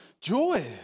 joy